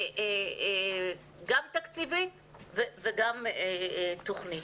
גם עם תקציב וגם עם תוכן.